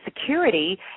security